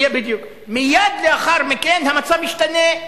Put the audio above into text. מייד לאחר מכן המצב ישתנה.